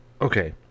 Okay